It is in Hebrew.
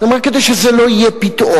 היא אמרה: כדי שזה לא יהיה פתאום.